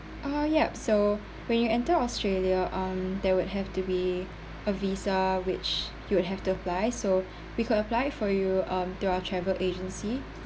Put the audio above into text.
ah yup so when you enter australia um there would have to be a visa which you would have to apply so we could apply for you um through our travel agency